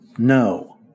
No